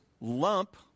lump